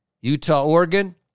Utah-Oregon